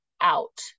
out